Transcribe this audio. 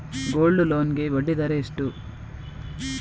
Gold loan ಗೆ ಬಡ್ಡಿ ದರ ಎಷ್ಟು?